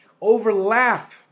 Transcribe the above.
overlap